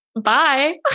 Bye